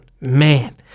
Man